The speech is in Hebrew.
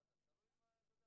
בוקר טוב,